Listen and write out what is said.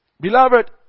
Beloved